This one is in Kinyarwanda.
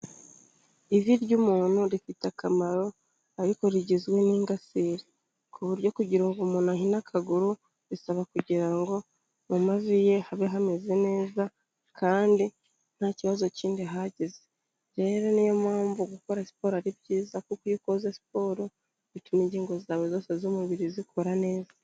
Ivi ry'umuntu rifite akamaro ariko rigizwe n'ingasire, ku buryo kugira ngo umuntu ahine akaguru bisaba kugira ngo mu mavi ye habe hameze neza kandi ntakibazo kindi hagize, rero niyo mpamvu gukora siporo ari byiza kuko iyo ukoze siporo bituma ingingo zawe zose z'umubiri zikora neza.